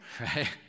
right